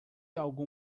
algum